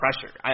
pressure